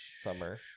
summer